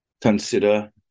consider